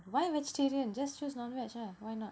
why vegetarian just choose non veg ah why not